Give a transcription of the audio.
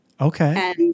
Okay